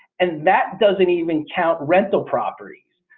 and that doesn't even count. rental properties.